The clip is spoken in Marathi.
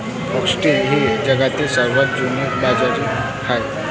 फॉक्सटेल ही जगातील सर्वात जुनी बाजरी आहे